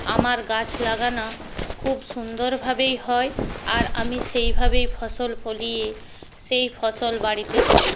আমার গাছ লাগানো খুব সুন্দরভাবেই হয় আর আমি সেইভাবেই ফসল ফলিয়ে সেই ফসল বাড়িতে তুলি